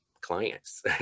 clients